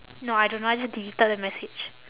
no I don't know I just deleted the message